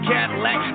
Cadillac